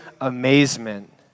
amazement